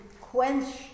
quench